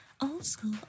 old-school